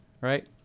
right